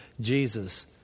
Jesus